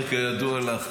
כידוע לך,